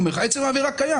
עצם העבירה קיימת.